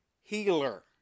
healer